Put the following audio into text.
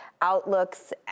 outlooks